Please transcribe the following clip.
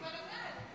יהיה בלגן.